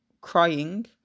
crying